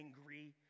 angry